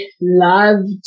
loved